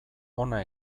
hona